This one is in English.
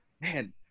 man